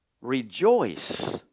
Rejoice